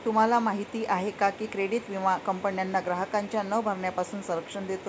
तुम्हाला माहिती आहे का की क्रेडिट विमा कंपन्यांना ग्राहकांच्या न भरण्यापासून संरक्षण देतो